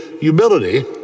humility